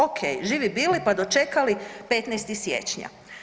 Ok, živi bili, pa dočekali 15. siječnja.